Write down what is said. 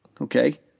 Okay